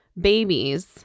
babies